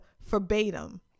verbatim